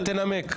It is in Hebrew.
בבקשה, תנמק.